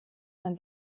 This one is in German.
man